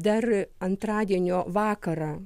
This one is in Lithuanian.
dar antradienio vakarą